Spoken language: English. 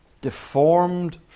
deformed